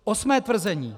Osmé tvrzení.